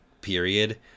period